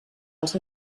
els